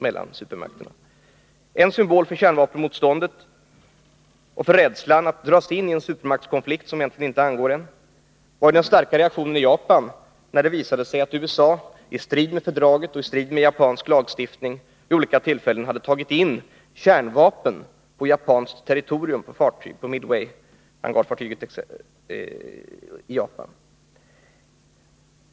En symbol för kärnvapenmotståndet och för rädslan för att dras in i en supermaktskonflikt som egentligen inte angår en var den starka reaktionen i Japan när det visade sig att USA i strid med fördraget och i strid med japansk lagstiftning vid olika tillfällen hade tagit in kärnvapen på japanskt territorium med fartyg, t.ex. hangarfartyget Midway.